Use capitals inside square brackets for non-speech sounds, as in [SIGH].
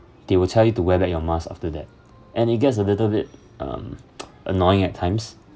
they will tell you to wear back your mask after that and it gets a little bit um [NOISE] annoying at times